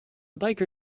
biker